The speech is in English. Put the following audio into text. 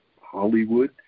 Hollywood